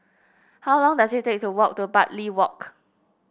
how long does it take to walk to Bartley Walk